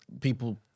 people